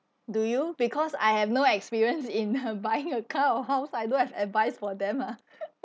do you because I have no experience in buying a car or house I don't have advice for them ah